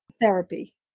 therapy